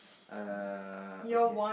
uh okay